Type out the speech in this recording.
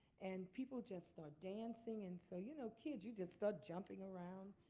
and people just start dancing, and so you know, kids you just start jumping around.